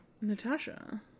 Natasha